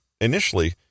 initially